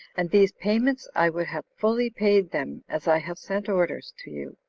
and these payments i would have fully paid them, as i have sent orders to you.